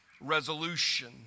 Resolution